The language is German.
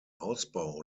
ausbau